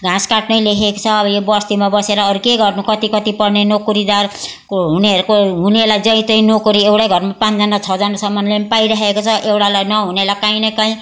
घाँस काट्ने लेखेको छ अब यो बस्तीमा बसेर अरू के गर्नु कति कति पढ्ने नोकरीदारको हुनेहरूको हुनेलाई जहीँ तहीँ नोकरी एउटा घरको पाँचजना छजनासम्मले पाइरहेको छ एउटालाई नहुनेलाई काहीँ न काहीँ